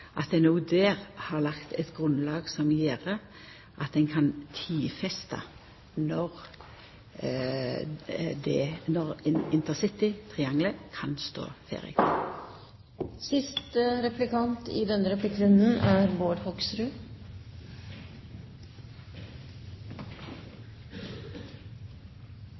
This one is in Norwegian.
har lagt eit grunnlag som gjer at ein kan tidfesta når det kan stå ferdig. Da kan jeg i hvert fall konstatere at Nasjonal transportplan ikke er